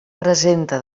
presenta